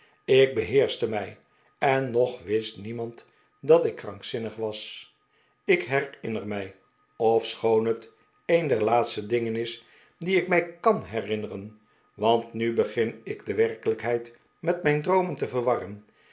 ik beheerschte mij en nog wist niemand dat ik krankzinnig was ik herinner mij ofschoon het een der laatste dingen is die ik mij kan herinneren want nu begin ik de werkelijkheid met mijn droomen te verwarren